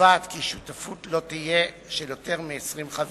קובעת כי שותפות לא תהיה של יותר מ-20 חברים,